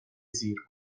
زیر